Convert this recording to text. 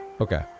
Okay